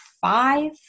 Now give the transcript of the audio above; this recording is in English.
five